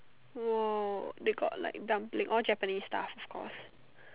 !wow! they got like dumpling all Japanese stuff of course